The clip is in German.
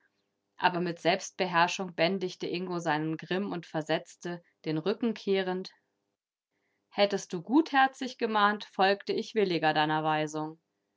aber mit selbstbeherrschung bändigte ingo seinen grimm und versetzte den rücken kehrend hättest du gutherzig gemahnt folgte ich williger deiner weisung